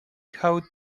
how